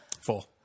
Four